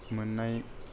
मोननाय